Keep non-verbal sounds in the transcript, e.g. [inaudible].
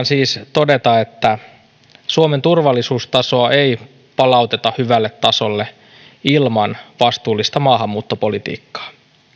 [unintelligible] siis todeta että suomen turvallisuustasoa ei palauteta hyvälle tasolle ilman vastuullista maahanmuuttopolitiikkaa